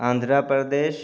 Andhra Pradesh